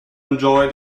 enjoy